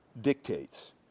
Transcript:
dictates